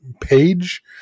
page